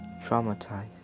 traumatized